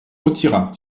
retira